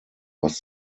was